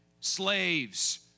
slaves